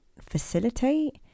facilitate